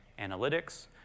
Analytics